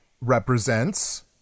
represents